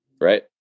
right